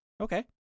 Okay